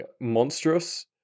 monstrous